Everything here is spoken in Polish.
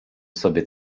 sobie